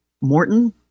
Morton